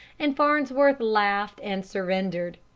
and farnsworth laughed and surrendered.